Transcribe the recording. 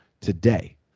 today